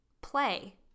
play